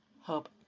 hope